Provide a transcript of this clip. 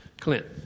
Clint